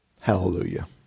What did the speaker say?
Hallelujah